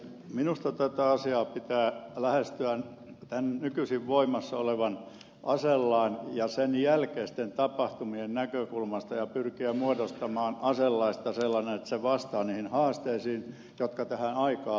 minusta tätä asiaa pitää lähestyä tämän nykyisin voimassa olevan aselain ja sen jälkeisten tapahtumien näkökulmasta ja pyrkiä muodostamaan aselaista sellainen että se vastaa niihin haasteisiin jotka tähän aikaan liittyvät